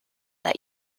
that